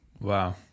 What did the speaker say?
Wow